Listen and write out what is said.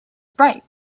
bright